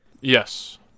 Yes